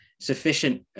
sufficient